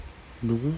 no